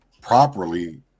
properly